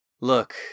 Look